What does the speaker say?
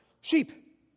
sheep